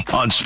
on